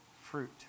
fruit